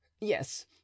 yes